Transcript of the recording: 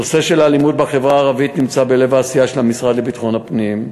נושא האלימות בחברה הערבית נמצא בלב העשייה של המשרד לביטחון הפנים.